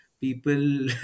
people